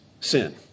sin